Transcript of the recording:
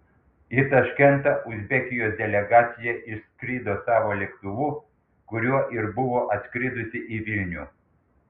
į taškentą uzbekijos delegacija išskrido savo lėktuvu kuriuo ir buvo atskridusi į vilnių